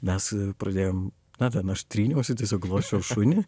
mes pradėjom na ten aš tryniausi tiesiog glosčiau šunį